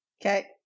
Okay